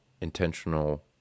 intentional